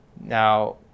Now